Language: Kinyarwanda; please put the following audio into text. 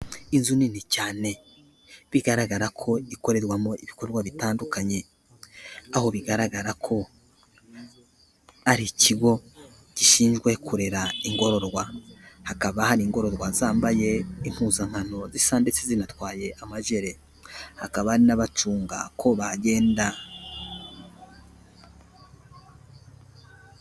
Inzu nini cyane bigaragara ko ikorerwamo ibikorwa bitandukanye, aho bigaragara ko ari ikigo gishinzwe kurerera ingorororwa, hakaba hari ingorwa zambaye impuzankano zisa ndetse zanatwaye amajere hakaba hari n'abacunga ko bagenda.